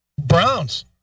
Browns